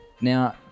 Now